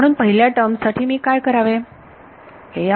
म्हणून पहिल्या टर्म साठी मी काय करावे